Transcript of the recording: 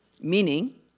meaning